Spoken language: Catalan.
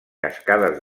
cascades